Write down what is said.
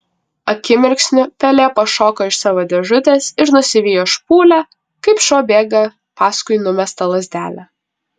akimirksniu pelė pašoko iš savo dėžutės ir nusivijo špūlę kaip šuo bėga paskui numestą lazdelę